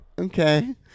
Okay